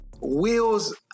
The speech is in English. wheels